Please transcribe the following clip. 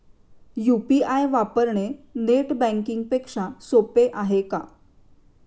UPI वापरणे net banking पेक्षा सोपे आहे का?